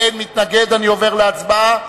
באין מתנגד אני עובר להצבעה.